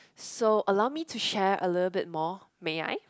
so allow me to share a little bit more may I